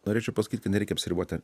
norėčiau pasakyt kad nereikia apsiriboti